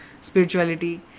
spirituality